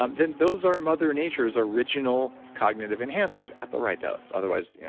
um then those are mother nature's original cognitive enhancers at the right dose. otherwise,